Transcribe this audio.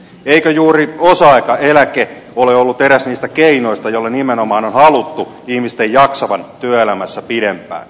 eikö juuri osa aikaeläke ole ollut eräs niistä keinoista joilla nimenomaan on haluttu ihmisten jaksavan työelämässä pidempään